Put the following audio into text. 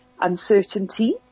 uncertainty